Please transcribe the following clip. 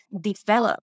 develop